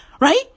right